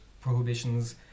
prohibitions